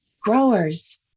growers